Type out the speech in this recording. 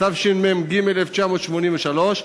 התשמ"ג 1983,